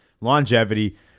longevity